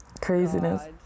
craziness